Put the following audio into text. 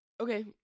Okay